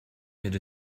add